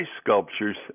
sculptures